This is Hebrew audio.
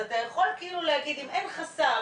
אתה יכול להגיד שאם אין חסם,